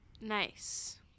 Nice